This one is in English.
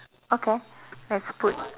okay let's put